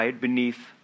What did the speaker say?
beneath